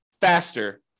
faster